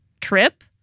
trip